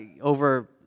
over